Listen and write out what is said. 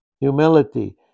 humility